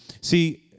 See